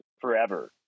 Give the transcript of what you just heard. forever